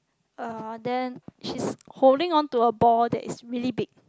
uh then she's holding onto a ball that is really big